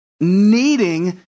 needing